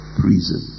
prison